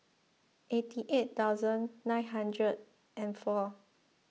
eighty eight thousand nine hundred and four